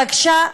בבקשה,